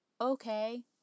Okay